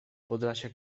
podlasiak